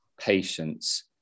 patience